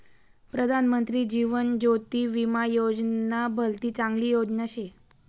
प्रधानमंत्री जीवन ज्योती विमा योजना भलती चांगली योजना शे